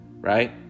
right